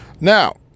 Now